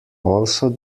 also